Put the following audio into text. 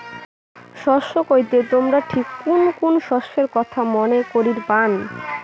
শস্য কইতে তোমরা ঠিক কুন কুন শস্যের কথা মনে করির পান?